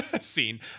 scene